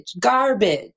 garbage